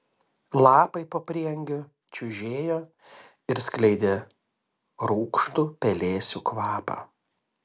lapai po prieangiu čiužėjo ir skleidė rūgštų pelėsių kvapą